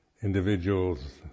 individuals